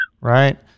Right